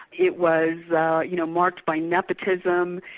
it was you know marked by nepotism,